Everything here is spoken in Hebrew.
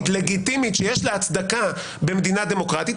לגיטימית שיש לה הצדקה במדינה דמוקרטית,